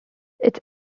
its